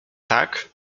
tak